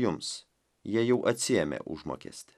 jums jie jau atsiėmė užmokestį